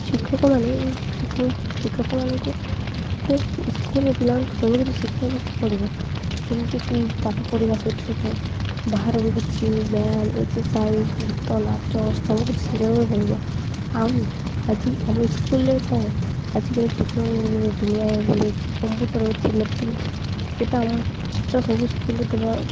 ଶିକ୍ଷକମାନେ ଶିକ୍ଷକ ମାନଙ୍କୁ ସ୍କୁଲରେ ପିଲାମାନଙ୍କୁ ସବୁକିଛି ଶିଖାଇବାକୁ ପଡ଼ିବ ଯେମିତିକି ପାଠ ପଢ଼ିବା ସତ ସତ ବାହାର ବି କିଛି ବ୍ୟାୟାମ ଏକ୍ସସାଇଜ୍ ଗୀତ ନାଚ ସବୁକିଛି ଶିଖାଇବାକୁ ପଡ଼ିବ ଆଉ ଆଜି ଆମ ସ୍କୁଲରେ କ'ଣ ଆଜିକାଲି ଟେକ୍ନୋଲୋଜି ଦୁନିଆ କମ୍ପ୍ୟୁଟର୍ ଅଛି ଲ୍ୟାପଟପ୍ ଅଛି ସେଟା ଆମ ସେଟା ସବୁ ସ୍କୁଲରେ ଦେବା